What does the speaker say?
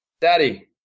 Daddy